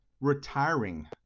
retiring